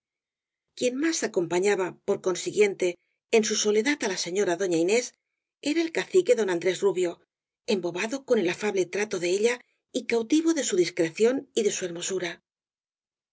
quien más acompañaba por consiguiente en su t soledad á la señora doña inés era el cacique don andrés rubio embobado con el afable trato de ella y cautivo de su discreción y de su hermosura